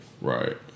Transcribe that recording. Right